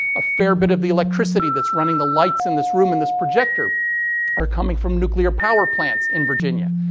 a fair bit of the electricity that's running the lights in this room and this projector are coming from nuclear power plants in virginia.